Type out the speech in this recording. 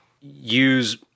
use